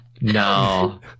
No